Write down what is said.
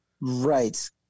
Right